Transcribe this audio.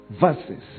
verses